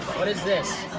what is this?